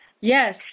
Yes